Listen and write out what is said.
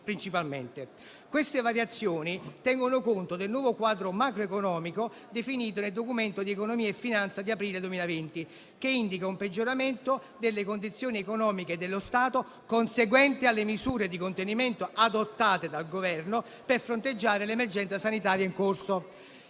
Queste variazioni tengono conto del nuovo quadro macroeconomico definito nel Documento di economia e finanza di aprile 2020, che indica un peggioramento delle condizioni economiche dello Stato conseguente alle misure di contenimento adottate dal Governo per fronteggiare l'emergenza sanitaria in corso.